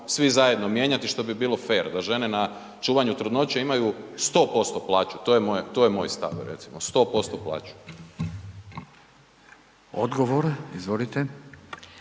svi zajedno mijenjati i što bi bilo fer, da žene na čuvanju trudnoće imaju 100% plaću, to je moj stav, recimo, 100% plaću. **Radin, Furio